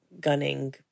gunning